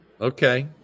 Okay